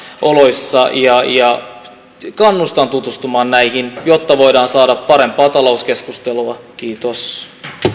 oloissa kannustan tutustumaan näihin jotta voidaan saada parempaa talouskeskustelua kiitos